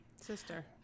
Sister